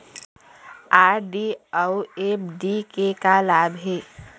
RD अऊ FD के का लाभ हे?